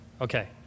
okay